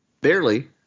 Barely